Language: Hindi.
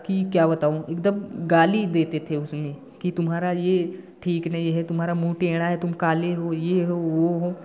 कि क्या बताऊँ एकदम गाली देते थे उसमें कि तुम्हारा ये ठीक नहीं है तुम्हारा मुँह टेढ़ा है तुम काले हो ये हो वो हों